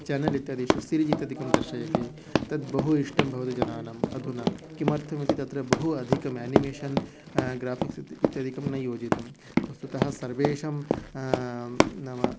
channel इत्यादीषु series इत्यादिकं दर्शयति तद् बहु इष्टं भवति जनानाम् अधुना किमर्थम् इति तत्र बहु अधिकं यानिमेषन् ग्राफ़िक्स् इत् इत्यादिकं न योजितं वस्तुतः सर्वेषां नाम